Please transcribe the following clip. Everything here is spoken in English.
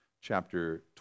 chapter